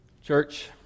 Church